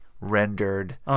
rendered